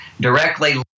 directly